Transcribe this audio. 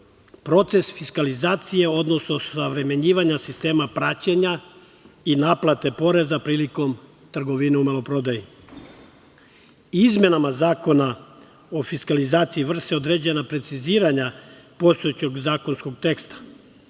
proces fiskalizacije, odnosno osavremenjivanja sistema praćenja i naplate poreza prilikom trgovine u maloprodaji. Izmenama Zakona o fiskalizaciji vrše se određena preciziranja postojećeg zakonskog teksta,